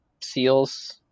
seals